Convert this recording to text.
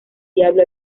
diablo